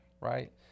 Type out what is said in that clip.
right